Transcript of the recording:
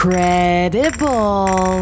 Credible